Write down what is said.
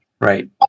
right